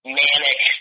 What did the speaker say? manic